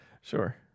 Sure